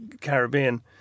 Caribbean